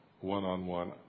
One-on-one